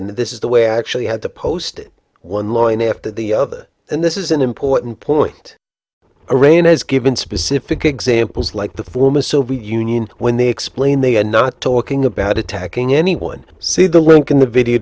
and this is the way i actually had to post it one line if that the other and this is an important point iran has given specific examples like the former soviet union when they explained they are not talking about attacking anyone see the link in the video